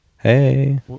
Hey